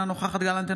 אינה נוכחת יואב גלנט,